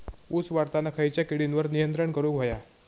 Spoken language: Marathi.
ऊस वाढताना खयच्या किडींवर नियंत्रण करुक व्हया?